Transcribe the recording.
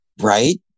Right